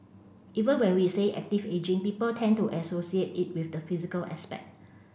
even when we say active ageing people tend to associate it with the physical aspect